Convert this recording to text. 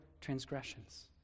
transgressions